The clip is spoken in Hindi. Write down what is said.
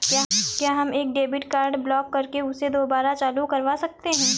क्या हम एक डेबिट कार्ड ब्लॉक करके उसे दुबारा चालू करवा सकते हैं?